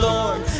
Lord